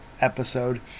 episode